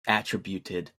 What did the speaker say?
attributed